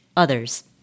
others